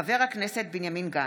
חבר הכנסת בנימין גנץ".